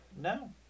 no